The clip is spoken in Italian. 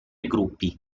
gruppi